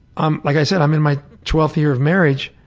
i'm like i said, i'm in my twelfth year of marriage,